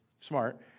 smart